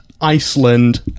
iceland